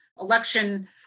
election